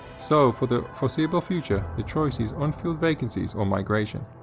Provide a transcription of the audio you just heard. so for the foreseeable future, the choice is unfilled vacancies or migration.